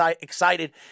excited